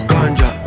Ganja